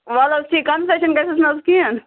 وَلہٕ حظ ٹھیٖک کَنسیشن گژھیٚس نہٕ حظ کِہیٖنۍ